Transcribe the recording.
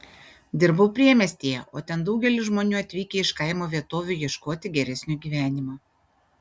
dirbau priemiestyje o ten daugelis žmonių atvykę iš kaimo vietovių ieškoti geresnio gyvenimo